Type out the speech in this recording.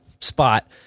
spot